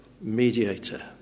mediator